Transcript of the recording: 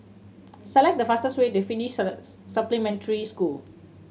select the fastest way to Finnish Supplementary School